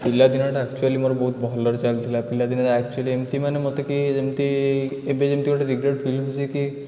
ପିଲାଦିନଟା actually ମୋର ବହୁତ ଭଲରେ ଚାଲିଥିଲା ପିଲାଦିନେ ଆକ୍ଚୁଆଲୀ ଏମିତି ମାନେ ମୋତେ କିଏ ଯେମିତି ଏବେ ଯେମିତି ଗୋଟେ ରିଗ୍ରେଟ୍ ଫିଲ୍ ହେଉଛି କି